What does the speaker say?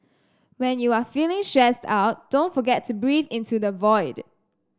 when you are feeling stressed out don't forget to breathe into the void